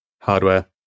hardware